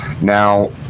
Now